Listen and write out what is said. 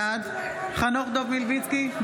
בעד חנוך דב מלביצקי,